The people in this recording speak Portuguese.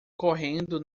correndo